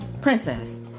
Princess